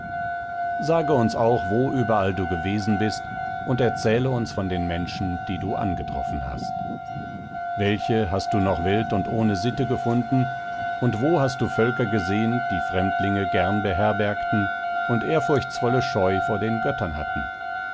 sage uns auch wo überall du gewesen bist und erzähle uns von den menschen die du angetroffen hast welche hast du noch wild und ohne sitte gefunden und wo hast du völker gesehen die fremdlinge gern beherbergten und ehrfurchtsvolle scheu vor den göttern hatten